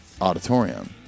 auditorium